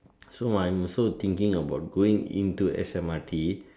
so I'm also thinking about going into S_M_R_T